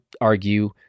argue